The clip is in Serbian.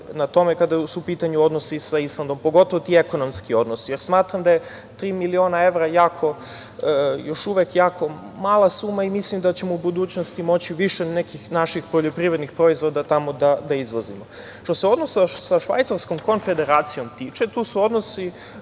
na tome kada su u pitanju odnosi sa Islandom, pogotovo ti ekonomski odnosi, jer smatram da je tri miliona evra još uvek jako malo suma i mislim da ćemo u budućnosti moći više nekih naših poljoprivrednih proizvoda tamo da izvozimo. Što se tiče odnosa sa Švajcarskom Konfederacijom, tu su odnosi